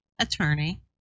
attorney